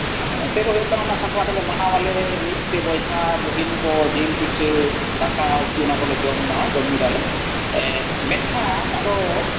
ᱟᱫᱚ ᱱᱚᱛᱮ ᱫᱚ ᱦᱩᱭᱩᱜ ᱠᱟᱱᱟ ᱚᱱᱟ ᱥᱟᱠᱨᱟᱛ ᱞᱮ ᱢᱟᱱᱟᱣᱟᱞᱮ ᱢᱤᱫᱛᱮ ᱵᱚᱭᱦᱟ ᱵᱩᱦᱤᱱ ᱠᱚ ᱡᱤᱞ ᱯᱤᱴᱷᱟ ᱫᱟᱠᱟ ᱩᱛᱩ ᱚᱱᱟ ᱠᱚᱞᱮ ᱡᱚᱢᱟ ᱡᱚᱢ ᱢᱤᱫᱟᱞᱮ ᱢᱮᱱᱠᱷᱟᱱ ᱟᱫᱚ